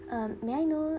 um may I know